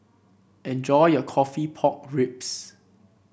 enjoy your coffee Pork Ribs